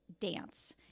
dance